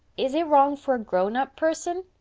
is it wrong for a grown-up person?